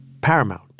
Paramount